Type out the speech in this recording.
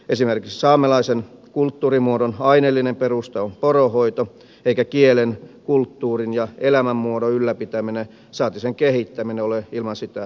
esimerkiksi saamelaisen kulttuurimuodon aineellinen perusta on poronhoito eikä kielen kulttuurin ja elämänmuodon ylläpitäminen saati sen kehittäminen ole ilman sitä mahdollista